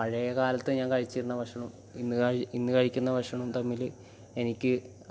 പഴയകാലത്ത് ഞാൻ കഴിച്ചിരുന്ന ഭക്ഷണവും ഇന്ന് കഴി ഇന്ന് കഴിക്കുന്ന ഭക്ഷണവും തമ്മിൽ എനിക്ക്